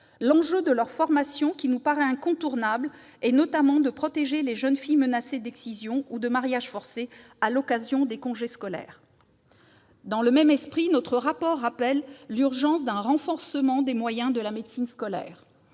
L'enjeu de leur formation, qui nous paraît incontournable, est notamment de protéger les jeunes filles menacées d'excision ou de mariage forcé à l'occasion des congés scolaires. Dans le même esprit, notre rapport rappelle l'urgence d'un renforcement des moyens de la médecine scolaire,